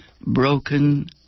Broken